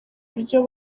uburyo